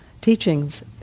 teachings